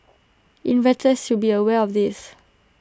investors should be aware of this